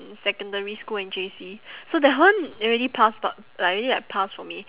secondary school and J_C so that one already past but like already like past for me